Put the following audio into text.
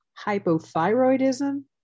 hypothyroidism